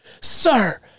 Sir